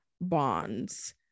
bonds